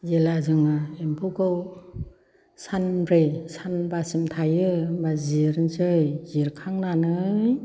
जेब्ला जोङो एम्फौखौ सानब्रै सानबासिम थायो होनबा जिरनोसै जिरखांनानै